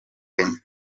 kenya